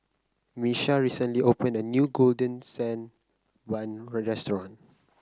Miesha recently opened a new Golden Sand Bun Restaurant